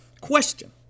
Question